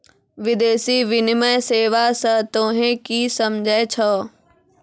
विदेशी विनिमय सेवा स तोहें कि समझै छौ